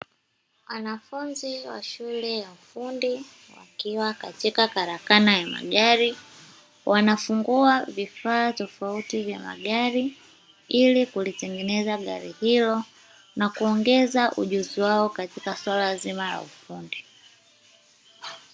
Wanafunzi wa shule ya ufundi wakiwa katika karakana ya magari, wanafungua vifaa tofauti vya magari ili kulitengeneza gari hilo na kuongeza ujuzi wao katika suala zima la ufundi.